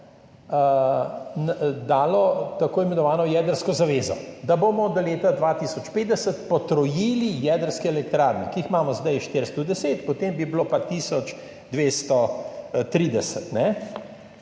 dalo tako imenovano jedrsko zavezo, da bomo do leta 2050 potrojili jedrske elektrarne, ki jih imamo zdaj 410, potem bi jih bilo pa tisoč